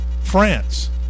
France